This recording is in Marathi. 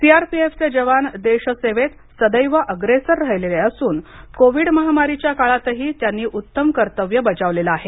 सी आर पी फ चे जवान देश सेवेत सदैव अग्रेसर राहिलेले असून कोविद महामारीच्या काळात हि त्यांनी उत्तमं कर्तव्य बजावलेल आहे